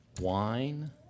Wine